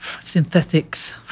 synthetics